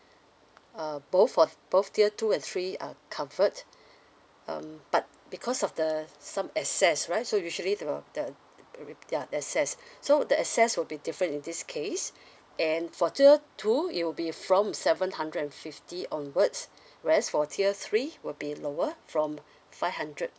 uh both of both tier two and three are covered um but because of the some excess right so usually the the uh there are excess so the excess would be different in this case and for tier two it will be from seven hundred and fifty onwards where as for tier three will be lower from five hundred